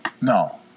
no